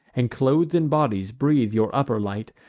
and, cloth'd in bodies, breathe your upper light,